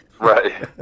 Right